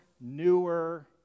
newer